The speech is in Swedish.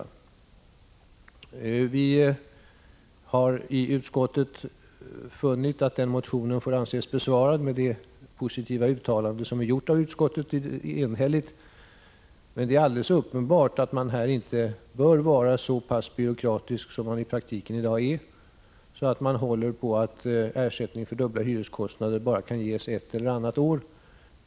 Vi har i utskottet funnit att motionen får anses besvarad med det positiva uttalande som vi enhälligt har gjort. Men det är alldeles uppenbart att man här inte bör vara så byråkratisk — som man i praktiken är i dag — att man inte håller fast vid att ersättning för dubbel bosättning bara kan ges under ett eller ett par år.